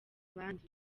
abandi